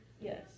yes